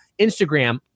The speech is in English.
Instagram